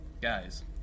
guys